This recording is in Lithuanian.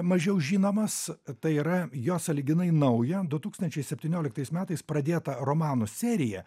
mažiau žinomas tai yra jo sąlyginai nauja du tūkstančiai septynioliktais metais pradėtą romanų seriją